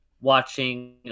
watching